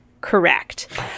correct